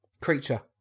creature